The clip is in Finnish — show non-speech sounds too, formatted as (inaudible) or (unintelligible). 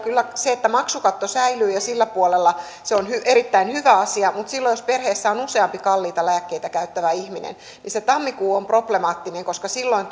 se että maksukatto säilyy sillä puolella on erittäin hyvä asia mutta jos perheessä on useampi kalliita lääkkeitä käyttävä ihminen niin se tammikuu on problemaattinen koska silloin (unintelligible)